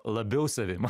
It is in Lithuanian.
labiau savim